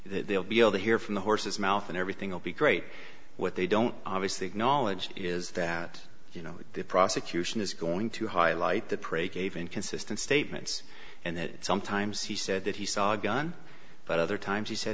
they'll be able to hear from the horse's mouth and everything will be great what they don't obviously acknowledged is that the prosecution is going to highlight that prey gave inconsistent statements and that sometimes he said that he saw a gun but other times he said